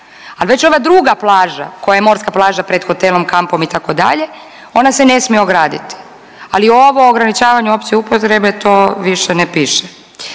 Ali već ova druga plaža koja je morska plaža pred hotelom, kampom itd. ona se ne smije ograditi, ali ovo ograničavanje opće upotrebe to više ne piše.